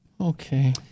Okay